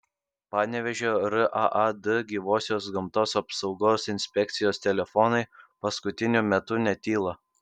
panevėžio raad gyvosios gamtos apsaugos inspekcijos telefonai paskutiniu metu netyla